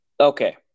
Okay